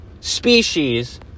species